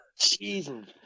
Jesus